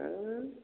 है